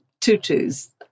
tutus